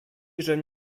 żem